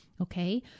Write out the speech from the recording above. Okay